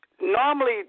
normally